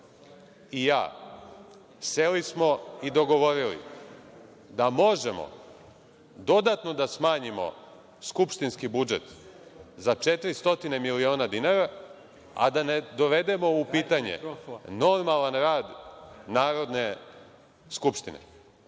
i ja seli smo i dogovorili da možemo dodatno da smanjimo skupštinski budžet za 400 miliona dinara, a da ne dovedemo u pitanje normalan rad Narodne skupštine. Šta